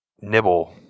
nibble